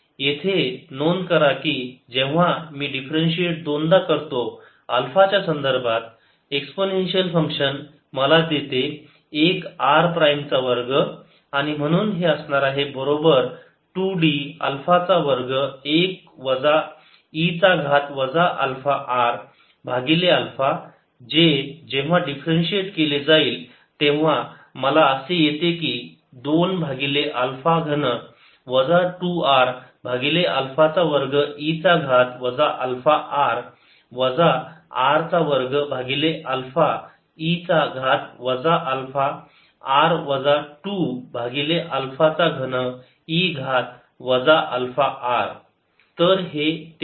येथे नोंद करा की जेव्हा मी डिफरन्शिएट दोनदा करतो अल्फा च्या संदर्भात एक्सपोनेन्शियल फंक्शन मला देते एक r प्राईम चा वर्ग आणि म्हणून हे असणार आहे बरोबर 2 d अल्फा चा वर्ग 1 वजा e चा घात वजा अल्फा r भागिले अल्फा जे जेव्हा डिफरन्शिएट केले जाईल तेव्हा मला असे येते की 2 भागिले अल्फा घन वजा 2 r भागिले अल्फा चा वर्ग e चा घात वजा अल्फा r वजा r चा वर्ग भागिले अल्फा e चा घात वजा अल्फा r वजा 2 भागिले अल्फा चा घन e घात वजा अल्फा r